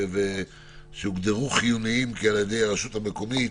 שהוגדרו חיוניים על ידי הרשות המקומית,